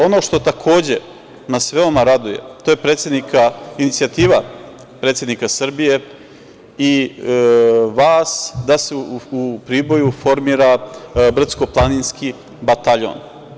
Ono što nas, takođe, veoma raduje, to je inicijativa predsednika Srbije i vas da se u Priboju formira brdsko-planinski bataljon.